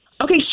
Okay